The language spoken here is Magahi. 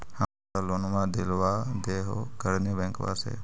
हमरा लोनवा देलवा देहो करने बैंकवा से?